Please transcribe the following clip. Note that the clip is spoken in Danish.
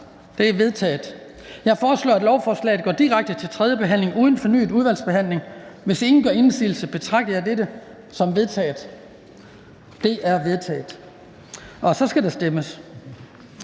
De er vedtaget. Jeg foreslår, at lovforslaget går direkte til tredje behandling uden fornyet udvalgsbehandling. Hvis ingen gør indsigelse, betragter jeg dette som vedtaget. Det er vedtaget. --- Det næste